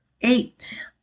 eight